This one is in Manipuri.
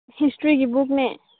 ꯍꯤꯁꯇ꯭ꯔꯤꯒꯤ ꯕꯨꯛꯅꯦ